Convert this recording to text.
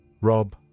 Rob